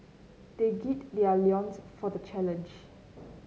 they gird their loins for the challenge